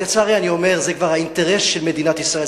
לצערי אני אומר, זה כבר האינטרס של מדינת ישראל.